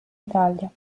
italia